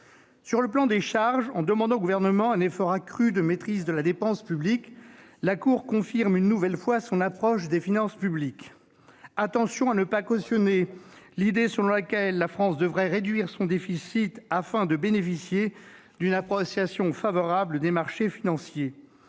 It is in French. Sur le plan des charges, en demandant au Gouvernement un effort accru de maîtrise de la dépense publique, la Cour confirme une nouvelle fois son approche des finances publiques : attention à ne pas cautionner l'idée selon laquelle la France devrait réduire son déficit afin de bénéficier d'une appréciation favorable des marchés financiers.